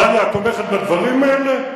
דליה, את תומכת בדברים האלה?